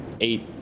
eight